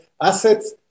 assets